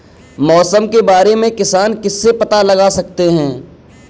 मौसम के बारे में किसान किससे पता लगा सकते हैं?